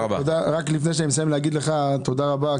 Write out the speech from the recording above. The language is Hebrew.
לפני שאני מסיים, אני רוצה לומר לך תודה רבה.